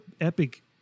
Epic